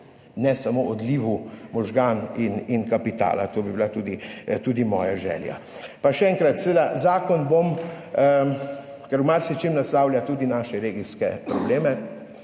ne samo odlivu možganov in kapitala. To bi bila tudi, tudi moja želja. Še enkrat, zakon bom, ker v marsičem naslavlja tudi naše regijske probleme,